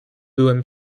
byłem